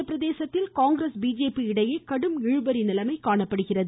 மத்திய பிரதேசத்தில் Congress BJP இடையே கடும் இழுபறி நிலைமை காணப்படுகிறது